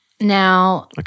Now